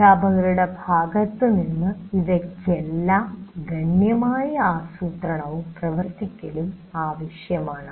അദ്ധ്യാപകരുടെ ഭാഗത്തു നിന്ന് ഇവയ്ക്കെല്ലാം ഗണ്യമായ ആസൂത്രണവും പ്രവർത്തിക്കലും ആവശ്യമാണ്